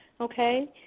okay